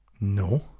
No